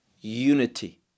unity